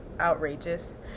outrageous